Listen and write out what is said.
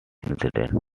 incident